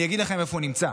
אני אגיד לכם איפה הוא נמצא: